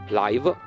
live